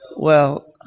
well,